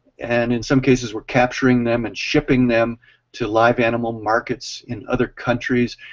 and in some cases we're capturing them and shipping them to live animal markets in other countries.